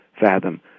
fathom